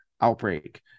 outbreak